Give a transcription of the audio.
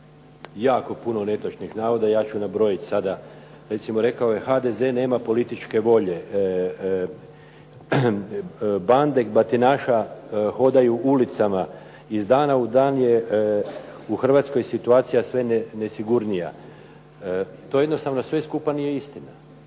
jako puno netočnih navoda. Ja ću nabrojati sada. Recimo rekao je HDZ nema političke volje. Bande baditanaša hodaju ulicama, iz dana u dan je u Hrvatskoj situacija sve nesigurnija. To jednostavno sve skupa nije istina.